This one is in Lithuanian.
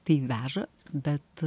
tai veža bet